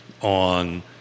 on